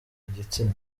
igitsina